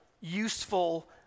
useful